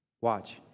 watch